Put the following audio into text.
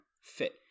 Fit